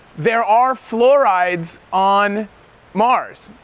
there are fluorides on mars.